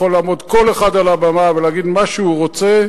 שיכול לעמוד כל אחד על הבמה ולהגיד מה שהוא רוצה,